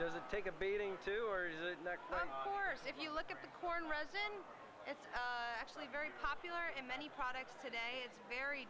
does it take a beating two or worse if you look at the corn resin it's actually very popular in many products today it's very